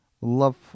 love